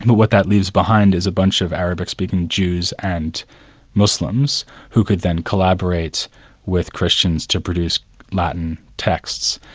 but what that leaves behind is a bunch of arabic-speaking jews and muslims who could then collaborate with christians to produce latin texts,